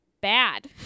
bad